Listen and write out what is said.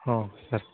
ହଁ ସାର୍